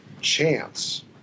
chance